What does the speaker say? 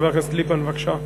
חבר הכנסת ליפמן, בבקשה.